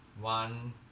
one